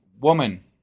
woman